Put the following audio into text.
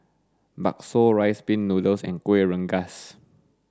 Bakso Rice Pin Nnoodles and Kueh Rengas